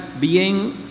bien